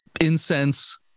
incense